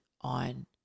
on